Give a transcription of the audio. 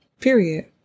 period